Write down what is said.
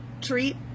treat